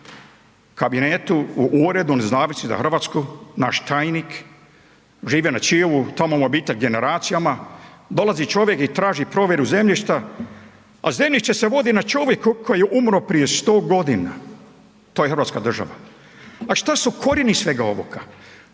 u kabinetu u uredu Nezavisnih za Hrvatsku, naš tajnik, živi na Čiovu, tamo mu je obitelj generacijama. Dolazi čovjek i traži provjeru zemljišta, a zemljište se vodi na čovjeku koji je umro prije 100 godina. To je hrvatska država. A što su korijeni svega ovoga?